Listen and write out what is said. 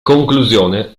conclusione